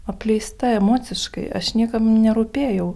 apleista emociškai aš niekam nerūpėjau